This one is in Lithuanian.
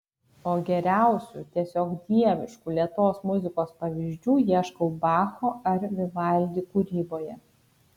o geriausių tiesiog dieviškų lėtos muzikos pavyzdžių ieškau bacho ar vivaldi kūryboje